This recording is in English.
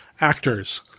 actors